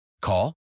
Call